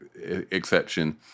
exception